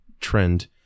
trend